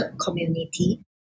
community